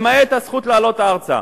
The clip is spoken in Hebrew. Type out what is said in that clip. למעט הזכות לעלות ארצה.